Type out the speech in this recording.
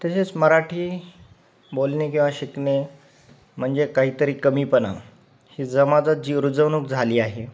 तसेच मराठी बोलणे किंवा शिकणे म्हणजे काहीतरी कमीपणा ही जमाजात जी रुजवणूक झाली आहे